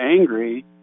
angry